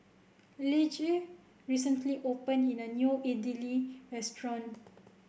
Lige recently opened in a new Idili Restaurant